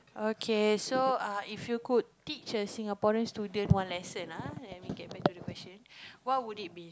okay so ah if you could teach a Singaporean student one lesson ah let me get back to the question what would it be